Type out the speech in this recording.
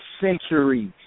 centuries